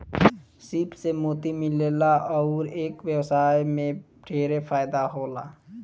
सीप से मोती मिलेला अउर एकर व्यवसाय में ढेरे फायदा होला